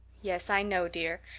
yes, i know, dear.